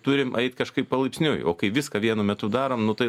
turim eit kažkaip palaipsniui o kai viską vienu metu darom nu tai